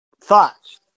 thoughts